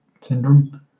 syndrome